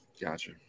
Gotcha